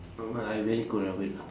I very cold ah wait ah